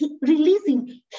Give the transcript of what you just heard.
releasing